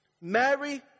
Mary